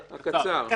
הקצר.